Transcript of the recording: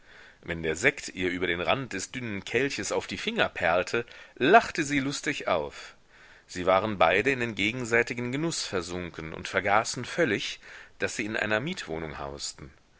wenn der sekt ihr über den rand des dünnen kelches auf die finger perlte lachte sie lustig auf sie waren beide in den gegenseitigen genuß versunken und vergaßen völlig daß sie in einer mietwohnung hausten